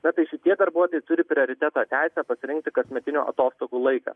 na tai šitie darbuotojai turi prioriteto teisę pasirinkti kasmetinių atostogų laiką